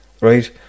right